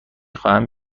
خواهم